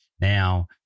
now